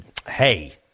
Hey